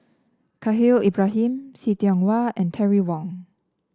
Khalil Ibrahim See Tiong Wah and Terry Wong